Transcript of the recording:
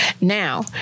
now